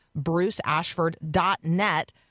bruceashford.net